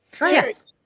Yes